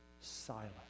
silent